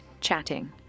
chatting